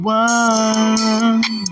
one